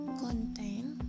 content